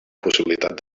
possibilitat